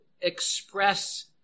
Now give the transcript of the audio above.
express